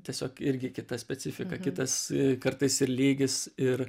tiesiog irgi kita specifika kitas kartais ir lygis ir